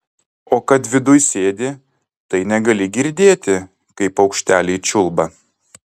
o kad viduj sėdi tai negali girdėti kaip paukšteliai čiulba